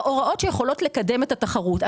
הוראות שיכולות לקדם את התחרות.